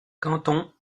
canton